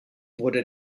wurde